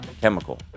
chemical